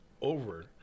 over